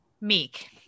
Meek